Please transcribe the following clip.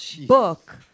book